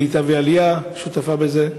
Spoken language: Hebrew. העלייה והקליטה שותפה בזה,